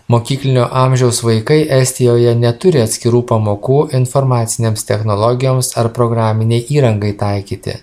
mokyklinio amžiaus vaikai estijoje neturi atskirų pamokų informacinėms technologijoms ar programinei įrangai taikyti